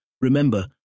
Remember